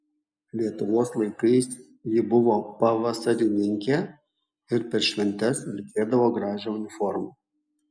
lietuvos laikais ji buvo pavasarininkė ir per šventes vilkėdavo gražią uniformą